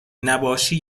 نباشی